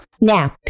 Now